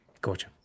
Gotcha